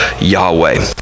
Yahweh